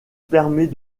permet